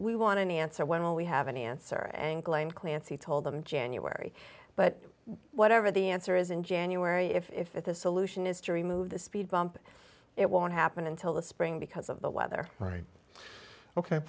we want to answer when will we have an answer and glen clancy told them january but whatever the answer is in january if the solution is to remove the speed bump it won't happen until the spring because of the weather right ok